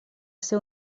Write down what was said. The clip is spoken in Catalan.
ser